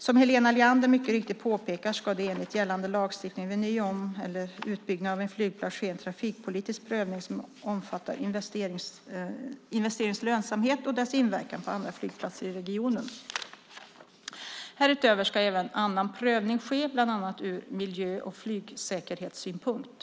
Som Helena Leander mycket riktigt påpekar ska det enligt gällande lagstiftning vid ny-, om eller utbyggnad av en flygplats ske en trafikpolitisk prövning som omfattar investeringens lönsamhet och dess inverkan på andra flygplatser i regionen. Härutöver ska även annan prövning ske, bland annat ur miljö och flygsäkerhetssynpunkt.